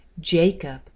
Jacob